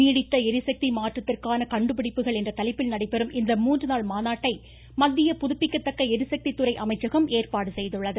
நீடித்த ளிசக்தி மாற்றத்திற்கான கண்டுபிடிப்புகள் என்ற தலைப்பில் நடைபெறும் இந்த மூன்று நாள் மாநாட்டை மத்திய புதுப்பிக்கத்தக்க ளிசக்தி துறை அமைச்சகம் ஏற்பாடு செய்துள்ளது